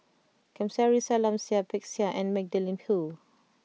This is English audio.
Kamsari Salam Seah Peck Seah and Magdalene Khoo